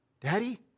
Daddy